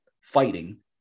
fighting